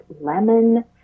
lemon